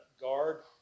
guard